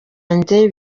njye